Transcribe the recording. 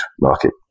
market